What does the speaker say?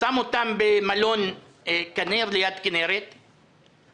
הוא שם אותם במלון "כנר" ליד הכינרת בתת-תנאים.